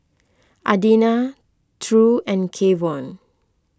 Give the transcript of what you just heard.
Adina True and Kevon